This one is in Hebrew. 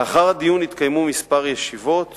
לאחר הדיון התקיימו כמה ישיבות